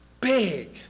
big